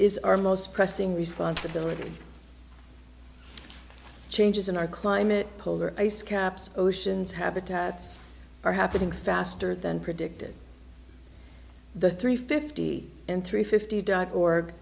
is our most pressing responsibility changes in our climate polar ice caps oceans habitats are happening faster than predicted the three fifty three fifty dot org